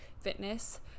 fitness